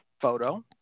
photo